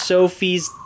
Sophie's